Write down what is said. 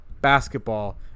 basketball